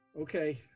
Okay